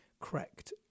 correct